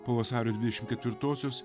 po vasario dvidešimt ketvirtosios